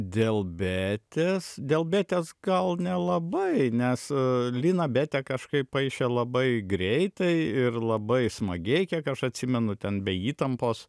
dėl betės dėl betes gal nelabai nes lina betę kažkaip paišė labai greitai ir labai smagiai kiek aš atsimenu ten be įtampos